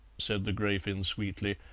said the grafin sweetly,